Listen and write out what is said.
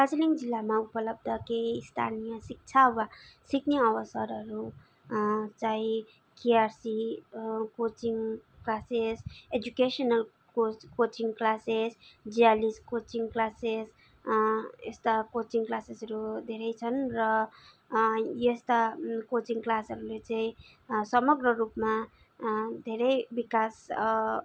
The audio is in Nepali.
दार्जिलिङ जिल्लामा उपलब्ध केही स्थानीय शिक्षा वा सिक्ने अवसरहरू चाहिँ care C coaching classes educational coaching classes ज्यालिस कोचिङ क्लासेस यस्ता कोचिङ क्लासेसहरू धेरै छन् र यस्ता कोचिङ क्लासहरूले चाहिँ समग्र रूपमा धेरै विकास